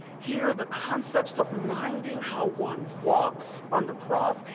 here are the concepts of minding how one walks on the cross,